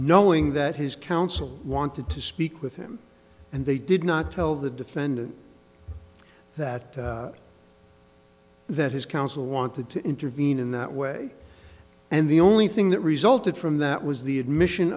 knowing that his counsel wanted to speak with him and they did not tell the defendant that that his counsel wanted to intervene in that way and the only thing that resulted from that was the admission